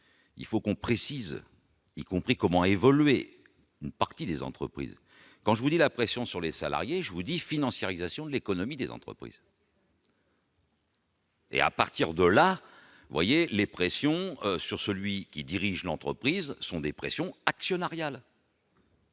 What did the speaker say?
il faut qu'on précise y compris comment évoluer une partie des entreprises quand je vous dis la pression sur les salariés, je vous dis, financiarisation de l'économie des entreprises. Et à partir de là, voyez les pressions sur celui qui dirige l'entreprise sont des pression actionnariale.